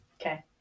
Okay